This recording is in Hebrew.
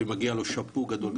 שמגיע לו שאפו גדול,